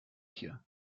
hier